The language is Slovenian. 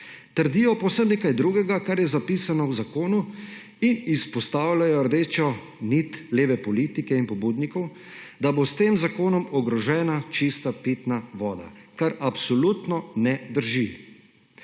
trdijo povsem nekaj drugega, kar je zapisano v zakonu, in izpostavljajo rdečo nit leve politike in pobudnikov, da bo s tem zakonom ogrožena čista pitna voda, kar absolutno ne drži.